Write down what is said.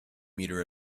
meter